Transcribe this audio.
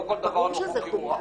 לא כל דבר לא חוקי הוא רע.